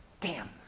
damn!